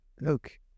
look